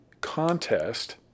contest